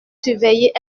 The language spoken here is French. surveillée